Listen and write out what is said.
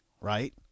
right